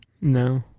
No